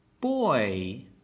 Boy